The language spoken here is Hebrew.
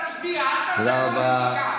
תצביע, אל תעשה פוליטיקה.